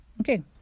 okay